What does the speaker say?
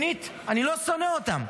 שנית, אני לא שונא אותם.